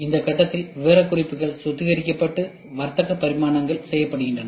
இந்த கட்டத்தில் விவரக்குறிப்பு சுத்திகரிக்கப்பட்டு வர்த்தக பரிமாற்றங்கள் செய்யப்படுகின்றன